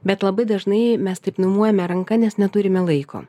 bet labai dažnai mes taip numojame ranka nes neturime laiko